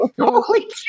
Holy